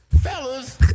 Fellas